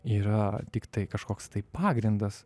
yra tiktai kažkoks tai pagrindas